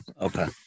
Okay